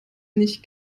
nicht